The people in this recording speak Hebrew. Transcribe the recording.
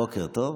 בוקר טוב.